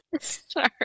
Sorry